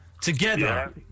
together